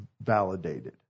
validated